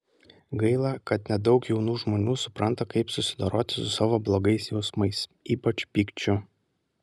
gaila kad nedaug jaunų žmonių supranta kaip susidoroti su savo blogais jausmais ypač pykčiu